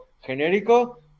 genérico